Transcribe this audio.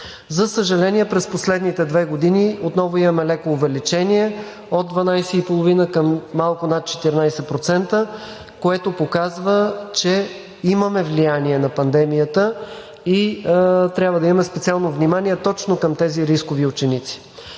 За съжаление, през последните две години отново имаме леко увеличение – от 12,5 към малко над 14%, което показва, че имаме влияние на пандемията и трябва да имаме специално внимание точно към тези рискови ученици.